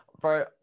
bro